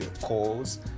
calls